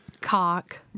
Cock